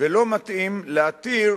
ולא מתאים להתיר